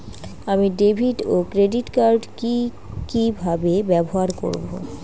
আমি ডেভিড ও credit card কি কিভাবে ব্যবহার করব?